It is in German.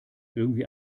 irgendwie